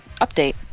update